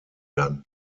dann